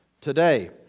today